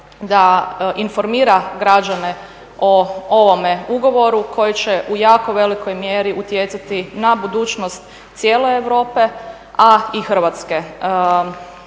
da informira građane o ovome ugovoru koji će u jako velikoj mjeri utjecati na budućnost cijele Europe a i Hrvatske.